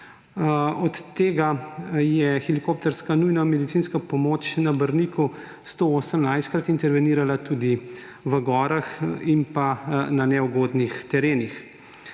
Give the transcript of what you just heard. od tega je helikopterska nujna medicinska pomoč na Brniku 118-krat intervenirala tudi v gorah in na neugodnih terenih.